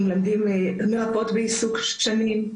אנחנו מלמדים מרפאות בעיסוק במשך שנים,